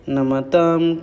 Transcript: Namatam